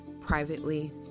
privately